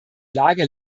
lage